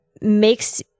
makes